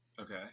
Okay